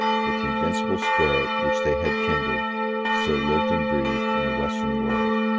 but the invincible spirit which they had kindled still lived and breathed in the western world.